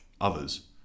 others